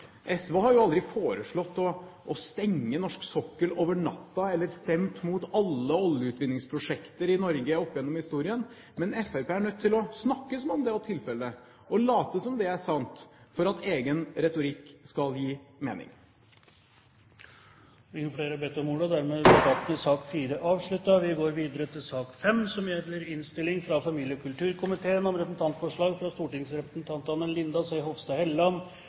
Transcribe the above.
SV har aldri foreslått å stenge norsk sokkel over natten eller stemt mot alle oljeutvinningsprosjekter i Norge opp gjennom historien. Men Fremskrittspartiet er nødt til å snakke som om det er tilfellet, og late som om det er sant, for at egen retorikk skal gi mening. Flere har ikke bedt om ordet til sak nr. 4. Etter ønske fra familie- og kulturkomiteen vil presidenten foreslå at taletiden begrenses til 40 minutter og fordeles med inntil 5 minutter til hvert parti og